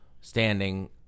standing